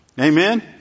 Amen